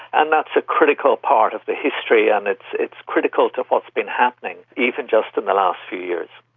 and that's a critical part of the history and it's it's critical to what has been happening, even just in the last few years.